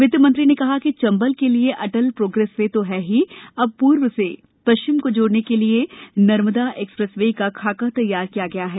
वित्तमंत्री ने कहा कि चंबल के लिए अटल प्रोग्रेस वे है ही अब पूर्व से पश्चिम को जोडऩे के लिए नर्मदा एक्सप्रेस वे का खाका तैयार किया गया है